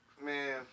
Man